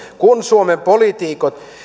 kun suomen poliitikot